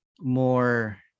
more